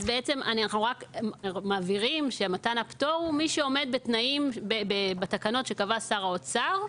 אנחנו רק מבהירים שמתן הפטור הוא למי שעומד בתקנות שקבע שר האוצר,